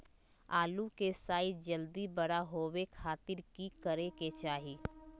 आलू के साइज जल्दी बड़ा होबे खातिर की करे के चाही?